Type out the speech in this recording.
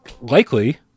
Likely